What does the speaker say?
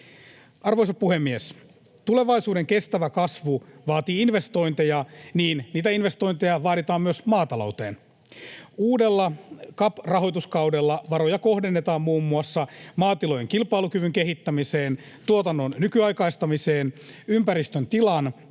Arvoisa puhemies! Tulevaisuuden kestävä kasvu vaatii investointeja. Niitä investoin-teja vaaditaan myös maatalouteen. Uudella CAP-rahoituskaudella varoja kohdennetaan muun muassa maatilojen kilpailukyvyn kehittämiseen, tuotannon nykyaikaistamiseen, ympäristön tilan